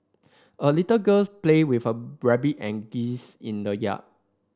a little girl played with her rabbit and geese in the yard